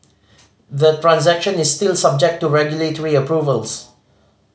the transaction is still subject to regulatory approvals